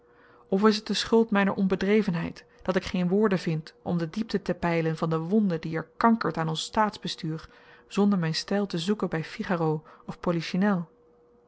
of is t de schuld myner onbedrevenheid dat ik geen woorden vind om de diepte te peilen van de wonde die er kankert aan ons staatsbestuur zonder myn styl te zoeken by figaro of